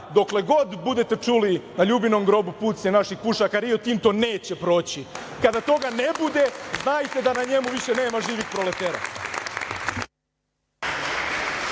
dokle god budete čuli na Ljubinom grobu punjce naših pušaka, Rio Tinto neće proći. Kada toga ne bude, znajte da na njemu više nema živih proletera.